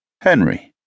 Henry